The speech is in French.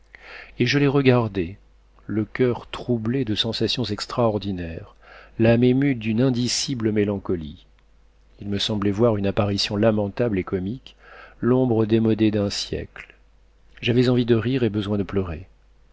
et je les regardais le coeur troublé de sensations extraordinaires l'âme émue d'une indicible mélancolie il me semblait voir une apparition lamentable et comique l'ombre démodée d'un siècle j'avais envie de rire et besoin de pleurer